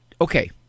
okay